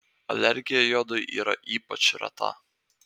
alergija jodui yra ypač reta